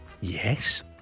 Yes